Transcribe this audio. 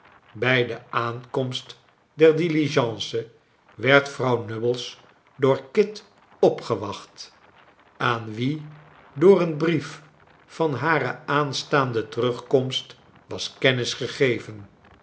bij de aankomst der diligence werd vrouw nubbles door kit opgewacht aan wien door een brief van hare aanstaande terugkomst was kennis gegeven